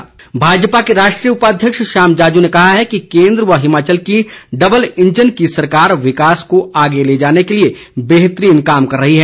श्याम जाजू भाजपा के राष्ट्रीय उपाध्यक्ष श्याम जाजू ने कहा है कि केन्द्र व हिमाचल की डबल इंजन की सरकार विकास को आगे ले जाने के लिए बेहतरीन कार्य कर रही है